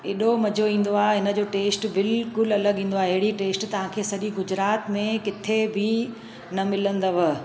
एॾो मज़ो ईंदो आहे हिन जो टेस्ट बिल्कुलु अलॻि ईंदो अहिड़ी टेस्ट तव्हां खे गुजरात में किथे बि न मिलंदव